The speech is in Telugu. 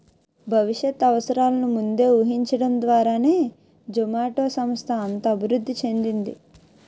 భవిష్యత్ అవసరాలను ముందే ఊహించడం ద్వారానే జొమాటో సంస్థ అంత అభివృద్ధి చెందింది